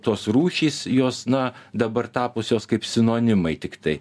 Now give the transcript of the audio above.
tos rūšys jos na dabar tapusios kaip sinonimai tiktai